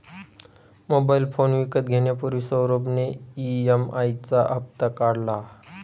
mobile phone विकत घेण्यापूर्वी सौरभ ने ई.एम.आई चा हप्ता काढला